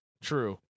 True